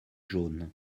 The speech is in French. jaune